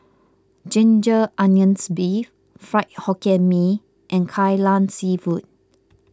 Ginger Onions Beef Fried Hokkien Mee and Kai Lan Seafood